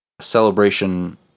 celebration